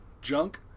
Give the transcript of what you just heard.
junk